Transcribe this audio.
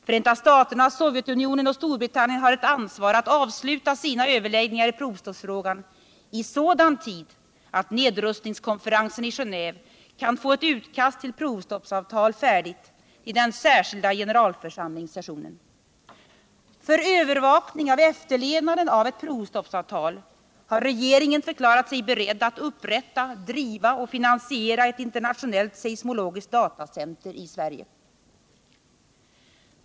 Förenta staterna, Sovjetunionen och Storbritannien har ett ansvar att avsluta sina överläggningar i provstoppsfrågan i sådan tid att nedrustningskonferensen i Genéve kan få ett utkast till provstoppsavtal färdigt till den särskilda generalförsamlingssessionen. För övervakning av efterlevnaden av ett provstoppsavtal har regeringen förklarat sig beredd att upprätta, driva och finansiera ett internationellt seismologiskt datacenter i Sverige.